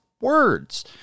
words